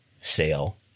sale